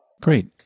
Great